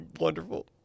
Wonderful